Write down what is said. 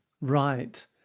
right